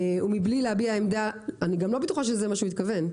-- "ומבלי להביע עמדה" אני גם לא בטוחה שזה מה שהוא התכוון,